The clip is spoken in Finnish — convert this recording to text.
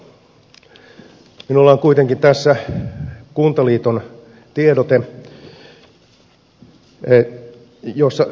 minulla on kuitenkin tässä kuntaliiton tiedote jossa sanatarkasti kerrotaan näin